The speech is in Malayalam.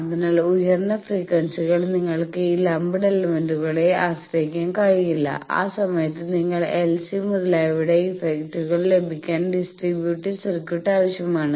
അതിനാൽ ഉയർന്ന ഫ്രീക്വൻസികളിൽ നിങ്ങൾക്ക് ഈ ലംപ്ഡ് എലമെന്റുകളെ ആശ്രയിക്കാൻ കഴിയില്ല ആ സമയത്ത് നിങ്ങൾക്ക് എൽ സി മുതലായവയുടെ ഇഫക്റ്റുകൾ ലഭിക്കാൻ ഡിസ്ട്രിബൂട്ടീവ് സർക്യൂട്ട് ആവശ്യമാണ്